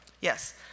Yes